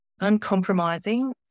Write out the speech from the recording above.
uncompromising